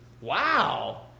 Wow